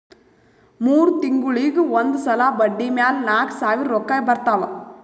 ಮೂರ್ ತಿಂಗುಳಿಗ್ ಒಂದ್ ಸಲಾ ಬಡ್ಡಿ ಮ್ಯಾಲ ನಾಕ್ ಸಾವಿರ್ ರೊಕ್ಕಾ ಬರ್ತಾವ್